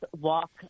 Walk